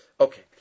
Okay